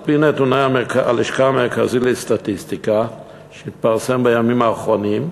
על-פי נתוני הלשכה המרכזית לסטטיסטיקה שהתפרסמו בימים האחרונים,